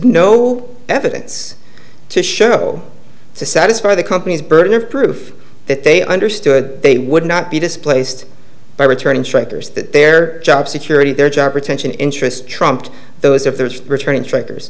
no evidence to show to satisfy the company's burden of proof that they understood they would not be displaced by returning strikers that their job security their job retention interests trumped those of theirs returning strikers